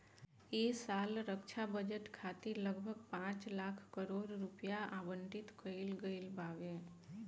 ऐ साल रक्षा बजट खातिर लगभग पाँच लाख करोड़ रुपिया आवंटित कईल गईल बावे